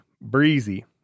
breezy